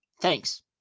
Thanks